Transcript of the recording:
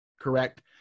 correct